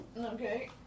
Okay